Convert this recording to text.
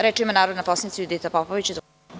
Reč ima narodni poslanik Judita Popović.